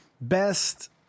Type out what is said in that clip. best